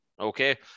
Okay